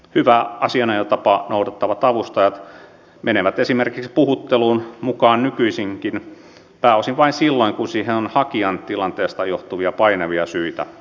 hyvää asianajotapaa noudattavat avustajat menevät esimerkiksi puhutteluun mukaan nykyisinkin pääosin vain silloin kun siihen on hakijan tilanteesta johtuvia painavia syitä